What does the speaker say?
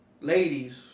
Ladies